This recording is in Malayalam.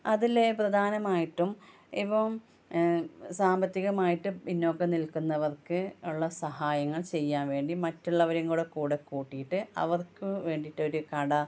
അതിലെ പ്രധാനമായിട്ടും ഇപ്പോള് സാമ്പത്തികമായിട്ട് പിന്നോക്കം നിൽക്കുന്നവർക്ക് ഉള്ള സഹായങ്ങൾ ചെയ്യാൻ വേണ്ടി മറ്റുള്ളവരെയും കൂടെ കൂട്ടിയിട്ട് അവർക്ക് വേണ്ടിയിട്ടൊരു കട